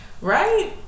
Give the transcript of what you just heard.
right